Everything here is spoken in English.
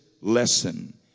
lesson